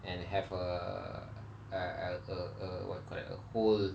and have a a a a a what you call that a hole